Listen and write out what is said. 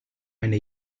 eine